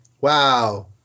Wow